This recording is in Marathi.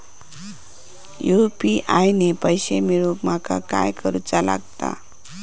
यू.पी.आय ने पैशे मिळवूक माका काय करूचा लागात?